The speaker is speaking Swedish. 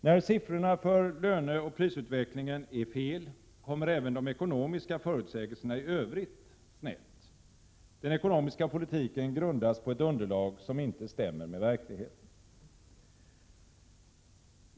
När siffrorna för löneoch prisutvecklingen är fel, kommer även de ekonomiska förutsägelserna i övrigt snett. Den ekonomiska politiken grundas på ett underlag som inte stämmer med verkligheten.